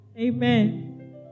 Amen